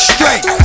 Straight